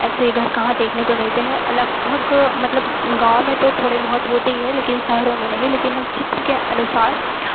ऐसे घर कहाँ देखने को मिलते हैं लगभग मतलब गाँव में तो थोड़े बहुत तो होते ही है लेकिन शहरों में नहीं लेकिन हम चित्र के अनुसार